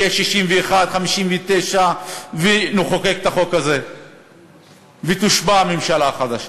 יהיה 59:61 ונחוקק את החוק הזה ותושבע הממשלה החדשה.